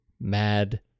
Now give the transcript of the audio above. Mad